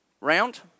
Round